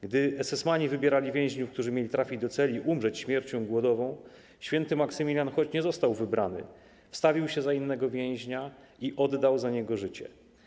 Gdy esesmani wybierali więźniów, którzy mieli trafić do celi i umrzeć śmiercią głodową, św. Maksymilian, choć nie został wybrany, wstawił się za innego więźnia i oddał za niego życie.